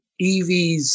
EVs